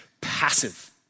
passive